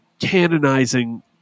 canonizing